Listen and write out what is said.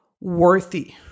worthy